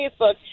Facebook